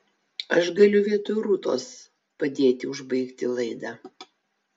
aš galiu vietoj rūtos padėti užbaigti laidą